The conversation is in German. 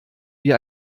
wie